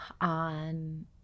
on